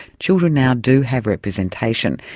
children now do have representation,